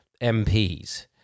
MPs